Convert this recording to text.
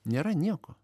nėra nieko